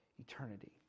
Eternity